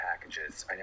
packages